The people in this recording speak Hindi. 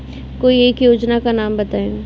कोई एक योजना का नाम बताएँ?